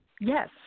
Yes